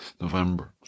November